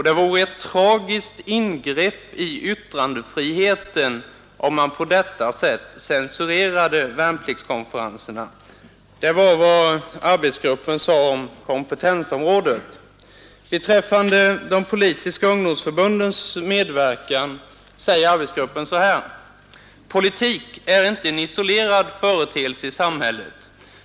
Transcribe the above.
Det vore ett tragiskt ingrepp i yttrandefriheten om man på detta sätt censurerade värnpliktskonferenserna.” Det var vad arbetsgruppen sade om kompetensområdet. Beträffande de politiska ungdomsförbundens medverkan säger arbetsgruppen så här: ”Politik är inte en isolerad företeelse i samhället.